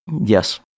Yes